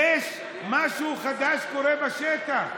משהו חדש קורה בשטח.